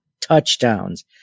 touchdowns